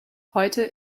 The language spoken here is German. heute